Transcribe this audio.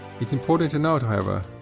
it is important to note however,